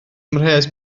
mhres